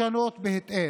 לשנות בהתאם,